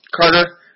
Carter